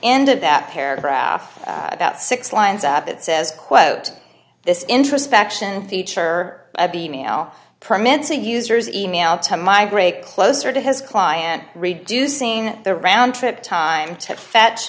end of that paragraph about six lines up it says quote this introspection feature of the mail permits a user's email to migrate closer to his client reducing the roundtrip time to fetch